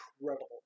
incredible